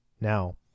Now